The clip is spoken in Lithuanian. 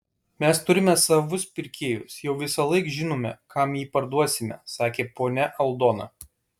mes turime savus pirkėjus jau visąlaik žinome kam jį parduosime sakė ponia aldona